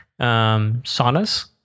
Saunas